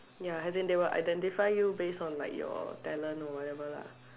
ya as in they will identify you based on like your talent or whatever lah